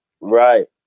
Right